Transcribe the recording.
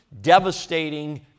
devastating